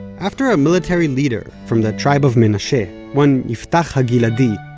after a military leader from the tribe of menashe, ah one yiftach hagiladi,